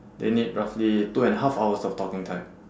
they need roughly two and a half hours of talking time